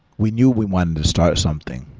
we knew we wanted to start something,